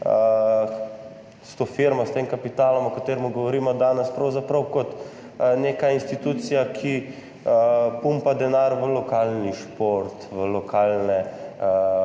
s to firmo, s tem kapitalom, o katerem govorimo danes, pravzaprav kot neka institucija, ki pumpa denar v lokalni šport, v, ne